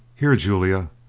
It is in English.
here, julia,